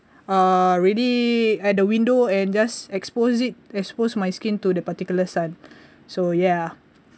uh really at the window and just expose it expose my skin to the particular sun so ya